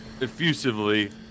effusively